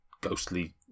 ghostly